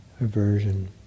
aversion